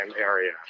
area